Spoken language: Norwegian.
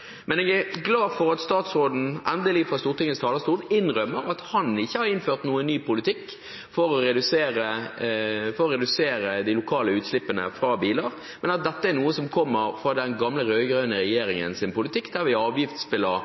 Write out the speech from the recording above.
Jeg er glad for at statsråden fra Stortingets talerstol endelig innrømmer at han ikke har innført noen ny politikk for å redusere de lokale utslippene fra biler, men at dette er noe som kommer fra den gamle, rød-grønne regjeringens politikk, der vi